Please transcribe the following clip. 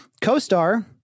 CoStar